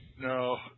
No